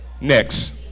Next